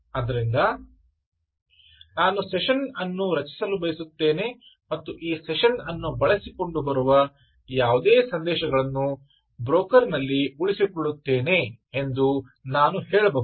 ಆದ್ದರಿಂದ "ನಾನು ಸೆಷನ್ ಅನ್ನು ರಚಿಸಲು ಬಯಸುತ್ತೇನೆ ಮತ್ತು ಈ ಸೆಶನ್ ಅನ್ನು ಬಳಸಿಕೊಂಡು ಬರುವ ಯಾವುದೇ ಸಂದೇಶಗಳನ್ನು ಬ್ರೋಕರ್ನಲ್ಲಿ ಉಳಿಸಿಕೊಳ್ಳಬಯಸುತ್ತೇನೆ" ಎಂದು ನಾನು ಹೇಳಬಹುದು